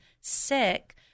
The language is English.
sick